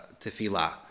tefillah